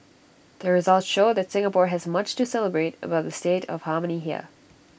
the results show that Singapore has much to celebrate about the state of harmony here